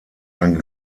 ein